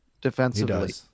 defensively